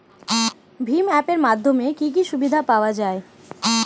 ভিম app এর মাধ্যমে কি কি সুবিধা পাওয়া যায়?